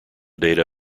data